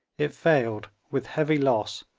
it failed, with heavy loss,